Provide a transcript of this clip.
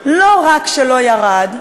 אני לא חושבת שיש משהו בעולם שיצדיק את זה.